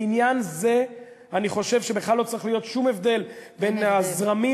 בעניין זה אני חושב שבכלל לא צריך להיות שום הבדל בין הזרמים